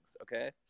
Okay